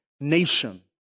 nation